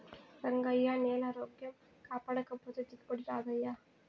రంగయ్యా, నేలారోగ్యం కాపాడకపోతే దిగుబడి రాదయ్యా